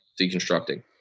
deconstructing